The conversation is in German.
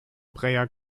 breyer